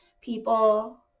people